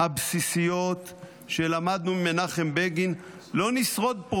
הבסיסיות שלמדנו ממנחם בגין, לא נשרוד פה.